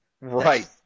Right